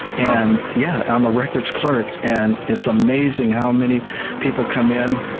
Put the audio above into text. and yeah i'm a records clerk, and it's amazing how many people come in